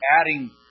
adding